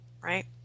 right